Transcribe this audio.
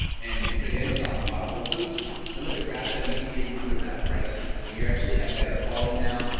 and because amazon's bought whole foods, some of their grass fed meat is under that price now. so you're actually have better quality now.